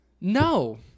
No